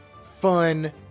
fun